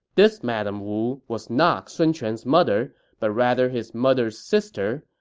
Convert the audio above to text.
this madame wu was not sun quan's mother, but rather his mother's sister,